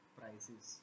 prices